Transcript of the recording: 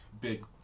big